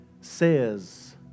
says